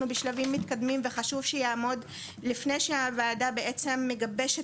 בשלבים מתקדמים וחושב שיעמוד לפני שהוועדה בעצם מגבשת